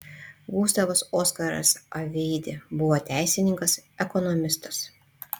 gustavas oskaras aveidė buvo teisininkas ekonomistas